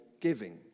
giving